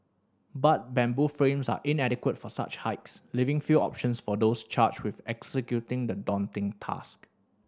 but bamboo frames are inadequate for such heights leaving few options for those charged with executing the daunting task